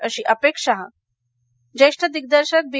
अशी अपेक्षा ज्येष्ठ दिग्दर्शक बी